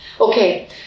Okay